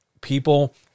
People